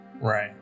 Right